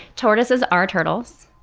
tortoises are turtles.